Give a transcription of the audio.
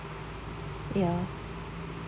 ya